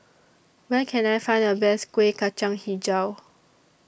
Where Can I Find The Best Kueh Kacang Hijau